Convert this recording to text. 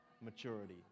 maturity